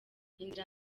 inzira